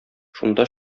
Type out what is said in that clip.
шунда